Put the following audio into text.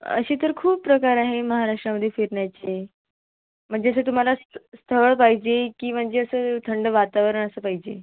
असे तर खूप प्रकार आहे महाराष्ट्रामध्ये फिरण्याचे म्हणजे असं तुम्हाला स स्थळ पाहिजे की म्हणजे असं थंड वातावरण असं पाहिजे